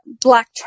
black